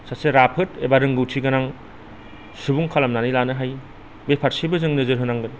सासे राफोद एबा रोंगौथि गोनां सुबुं खालामनानै लानो हायो बे फारसेथिंबो जों नोजोर होनांगोन